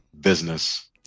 business